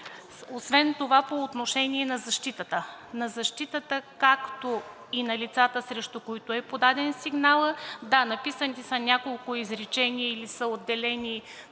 Освен това по отношение на защитата – на защитата, както и на лицата, срещу които е подаден сигнал, да, написани са няколко изречения или са отделени